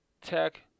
Tech